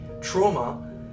trauma